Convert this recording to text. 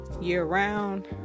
year-round